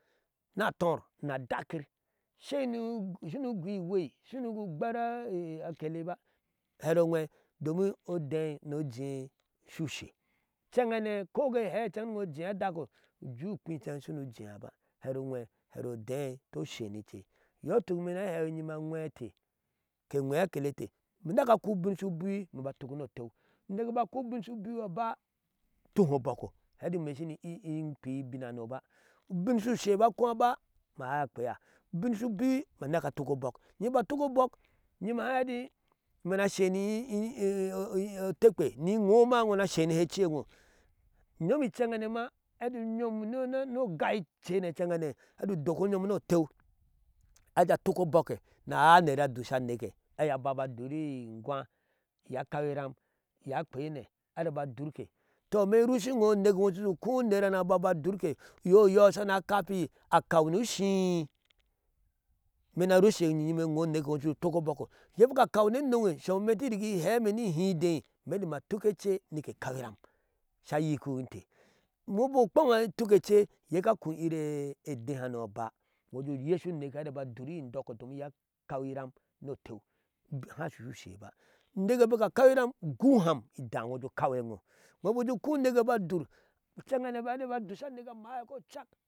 Na tor na dakyir shimu gui iweei sunugu awere akeleba hero we domin odai inchenhane koke ehe atu jiya adako je ujui ichenhane sunu jiya ba hero owee hero odai to shenice, iyooh tuk imeenaa he inyime aweeh ate ke ushe a kelete na keke a koh ubion su biwi aba two oboko heti imeeshmi kwi ubinhano ba, ubin su she bika ba koh shenihe otekwe ni iwoma na shenihe edewo inyom inchenhane ma atu yom no gai inchene atu dok uyom, no teu aje atuk aboke na nara dusa aneke ataba duri ingwaa inye a kau iran a kwene ataba adurke, to imee rushiwo neke wo a kau nu ushii? Imeena rushe woo neke wo jee tuk oboko iye bika kaunowe sopeme ti rigi hee me ni hidai meti maa tuke eche nike kawi ram sa yikiminte, iwo biki kwewo a tuke che iye kako oyere idehanoba iwo jee uyeshui neke ata ba duru, indoko domin iyee a kawi ram no oteu a haa sosushe ba uneke bika kau iram ugooh uham idaa ujee kau ewooh iwooh buku ujeeh kuu uneke aba dur inchen bika ba dusa aneke a maahe ko chak.